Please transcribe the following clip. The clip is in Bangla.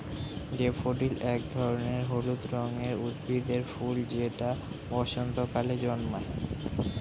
ড্যাফোডিল এক ধরনের হলুদ রঙের উদ্ভিদের ফুল যেটা বসন্তকালে জন্মায়